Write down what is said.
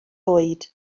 oed